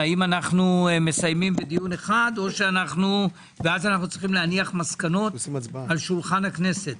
האם אנו מסיימים בדיון אחד ואז צריכים להניח מסקנות על שולחן הכנסת.